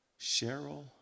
Cheryl